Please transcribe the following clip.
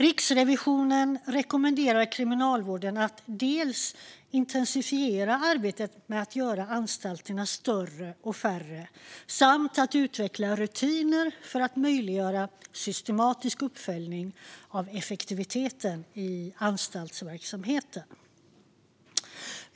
Riksrevisionen rekommenderar Kriminalvården att intensifiera arbetet med att göra anstalterna större och färre samt att utveckla rutiner för att möjliggöra systematisk uppföljning av effektiviteten i anstaltsverksamheten.